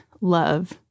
love